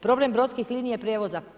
Problem brodskih linija prijevoza.